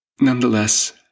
nonetheless